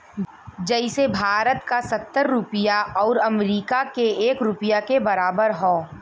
जइसे भारत क सत्तर रुपिया आउर अमरीका के एक रुपिया के बराबर हौ